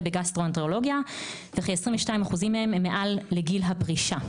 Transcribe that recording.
בגסטרואנטרולוגיה וכ-22% מעל לגיל הפרישה.